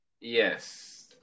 Yes